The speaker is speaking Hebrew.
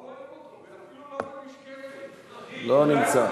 לא רואים אותו, אפילו לא במשקפת, לא נמצא.